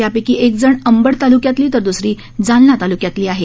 यापैकी एकजण अंबड तालूक्यातली तर द्सरी जालना तालूक्यातली आहे